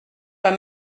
pas